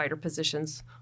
positions